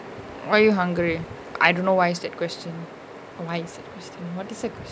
why are you hungry I don't know why I asked that question what is that question